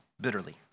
bitterly